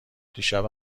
دیشب